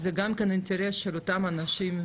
זה גם אינטרס של אותם אנשים,